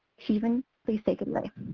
steven, please take it away.